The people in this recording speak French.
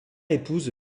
épouse